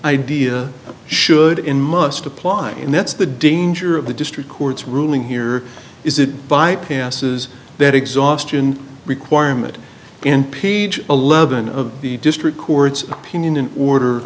idea should in must apply and that's the danger of the district court's ruling here is it bypasses that exhaustion requirement in page eleven of the district court's opinion an order